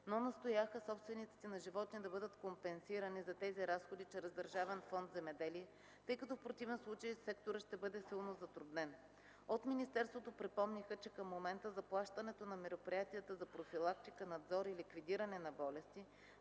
но настояха собствениците на животни да бъдат компенсирани за тези разходи чрез Държавен фонд „Земеделие”, тъй като в противен случай секторът ще бъде силно затруднен. От министерството припомниха, че към момента заплащането на мероприятията за профилактика, надзор и ликвидиране на болести,